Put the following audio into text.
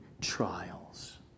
trials